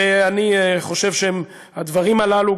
ואני חושב שהדברים הללו,